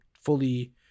fully